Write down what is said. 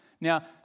now